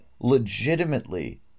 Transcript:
legitimately